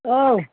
औ